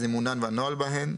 זימונן והנוהל בהן,